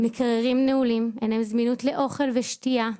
המקררים נעולים, אין להם זמינות לאוכל ושתייה,